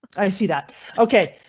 i see that ok,